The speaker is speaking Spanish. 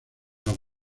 los